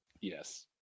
Yes